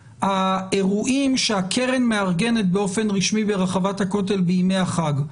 האירועים שהקרן מארגנת באופן רשמי ברחבת הכותל בימי החג,